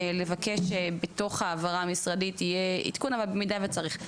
לבקש בתוך העברה משרדית יהיה עדכון במידה וצריך.